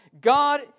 God